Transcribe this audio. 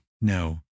no